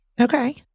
Okay